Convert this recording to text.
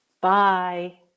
Bye